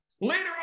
Later